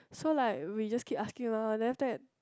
so like we just keep asking lor then after that